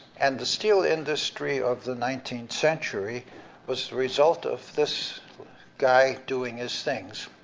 and the steel industry of the nineteenth century was the result of this guy doing his things.